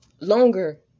longer